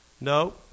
No